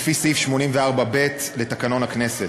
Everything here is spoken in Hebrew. לפי סעיף 84(ב) לתקנון הכנסת.